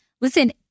Listen